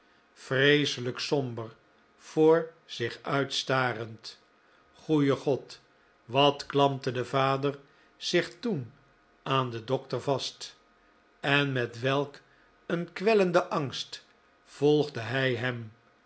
vreeselijk somber voor zich uitstarend goeie god wat klampte de vader zich toen aan den dokter vast en met welk een kwellenden angst volgde hij hem